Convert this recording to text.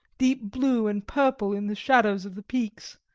deep blue and purple in the shadows of the peaks,